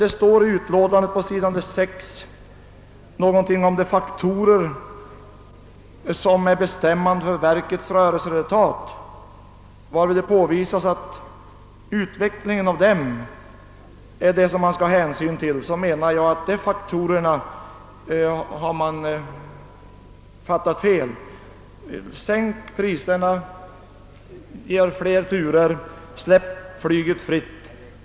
På s. 6 i utskottets utlåtande talas det om de faktorer som är bestämmande för verkets rörelseresultat, och utskottet menar att det är de faktorerna man skall ta hänsyn till. Men därvidlag menar jag att man har fattat saken fel. Sänk i stället priserna, ge oss fler turer och släpp flyget fritt!